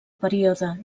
període